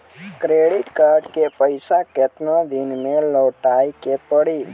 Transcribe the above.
Credit card के पैसा केतना दिन मे लौटाए के पड़ी?